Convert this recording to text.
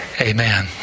Amen